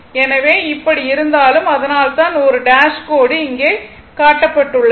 எனவே எப்படி இருந்தாலும் அதனால்தான் 1 டேஷ் கோடு இங்கே காட்டப்பட்டுள்ளது